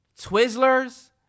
Twizzlers